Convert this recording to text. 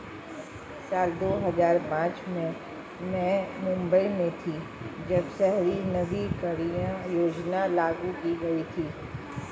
साल दो हज़ार पांच में मैं मुम्बई में थी, जब शहरी नवीकरणीय योजना लागू की गई थी